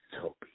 Toby